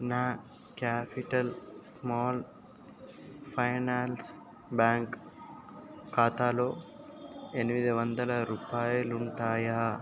నా capital small finance bank ఖాతాలో ఎనిమిది వందల రూపాయాలుంటాయా